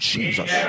Jesus